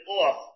off